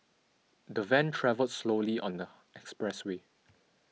the van travelled slowly on the expressway